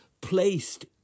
placed